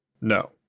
no